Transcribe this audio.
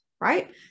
Right